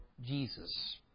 Jesus